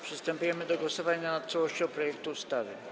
Przystępujemy do głosowania nad całością projektu ustawy.